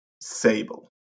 sable